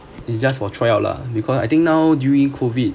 it's just for try out lah because I think now during COVID